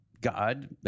God